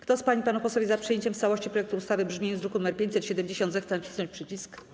Kto z pań i panów posłów jest za przyjęciem w całości projektu ustawy w brzmieniu z druku nr 570, zechce nacisnąć przycisk.